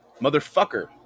motherfucker